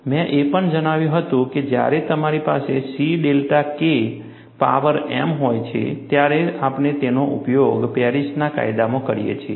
મેં એ પણ જણાવ્યું હતું કે જ્યારે તમારી પાસે C delta K power m હોય છે ત્યારે આપણે તેનો ઉપયોગ પેરિસના કાયદામાં કરીએ છીએ